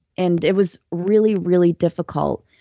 and it was really, really difficult